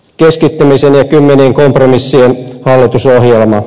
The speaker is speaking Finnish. keskittämisen ja kymmenien kompromissien hallitusohjelma